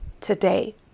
today